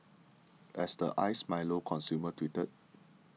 as the Iced Milo consumer tweeted